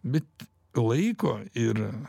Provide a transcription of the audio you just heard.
bet laiko ir